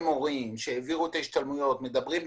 שהעבירו את ההשתלמויות מדברים ביניהם,